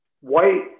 white